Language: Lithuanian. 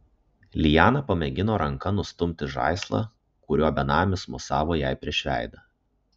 liana pamėgino ranka nustumti žaislą kuriuo benamis mosavo jai prieš veidą